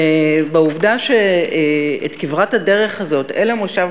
ובעובדה שאת כברת הדרך הזאת אל המושב